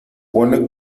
pone